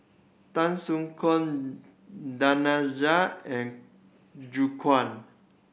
Tan Soo Khoon Danaraj and Gu Kuan